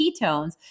ketones